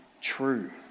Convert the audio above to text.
true